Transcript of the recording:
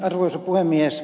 arvoisa puhemies